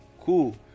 Cool